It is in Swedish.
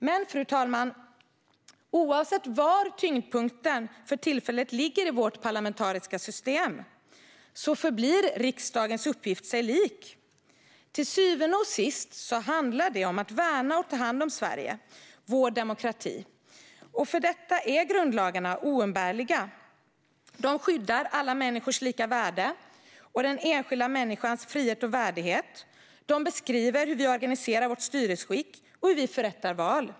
Men, fru talman, oavsett var tyngdpunkten för tillfället ligger i vårt parlamentariska system förblir riksdagens uppgift sig lik. Till syvende och sist handlar det om att värna och ta hand om Sverige och vår demokrati. För detta är grundlagarna oumbärliga. De skyddar alla människors lika värde och den enskilda människans frihet och värdighet. De beskriver hur vi organiserar vårt styresskick och hur vi förrättar val.